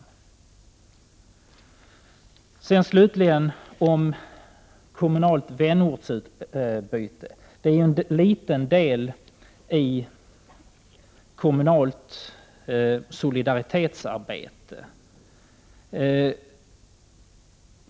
Slutligen vill jag säga några ord om kommunalt vänortsutbyte. Det är en liten del i kommunalt solidaritetsarbete.